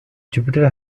jupiter